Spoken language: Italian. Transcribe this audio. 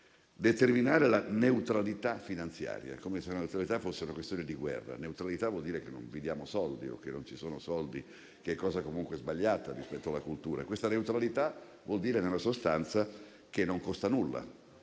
recita: determinare la neutralità finanziaria. Come se la neutralità fosse una questione di guerra. Neutralità vuol dire «non vi diamo soldi» o che non ci sono soldi, che è cosa comunque sbagliata rispetto alla cultura. Questa neutralità vuol dire nella sostanza che non costa nulla